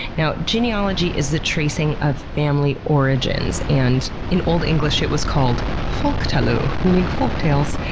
now, genealogy is the tracing of family origins, and in old english it was called folc-talu meaning folk tales,